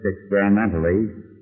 experimentally